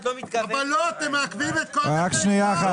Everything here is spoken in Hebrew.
אבל אתם מעכבים את כל מה שנעשה.